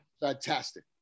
Fantastic